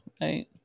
Right